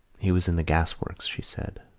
he was in the gasworks, she said.